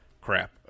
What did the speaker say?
crap